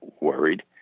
worried